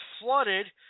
flooded